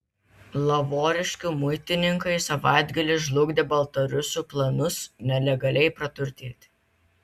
lavoriškių muitininkai savaitgalį žlugdė baltarusių planus nelegaliai praturtėti